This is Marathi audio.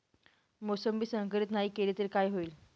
मोसंबी संकरित नाही केली तर काय होईल?